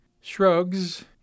shrugs